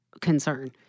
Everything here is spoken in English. concern